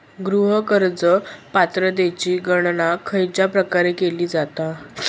गृह कर्ज पात्रतेची गणना खयच्या प्रकारे केली जाते?